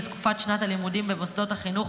לתקופת שנת הלימודים במוסדות החינוך,